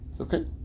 Okay